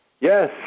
Yes